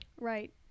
Right